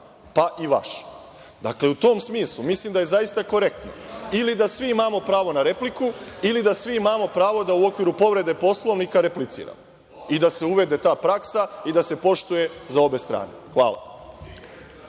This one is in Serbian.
pa i vaša.U tom smislu, mislim da je zaista korektno ili da svi imamo pravo na repliku ili da svi imamo pravo da u okviru povrede Poslovnika repliciramo i da se uvede ta praksa i da se poštuje za obe strane. Hvala.